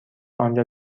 آنجا